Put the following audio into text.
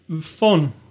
fun